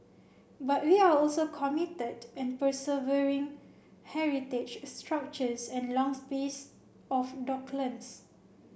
but we are also committed and preserving heritage structures and lung space of docklands